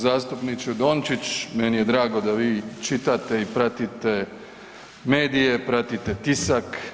Zastupniče Dončić, meni je drago da vi čitate i pratite medije, pratite tisak.